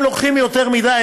הם לוקחים יותר מדי,